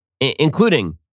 including